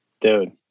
Dude